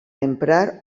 emprar